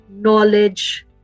knowledge